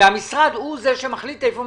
והמשרד הוא זה שמחליט היכן מקצצים.